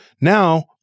now